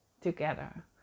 together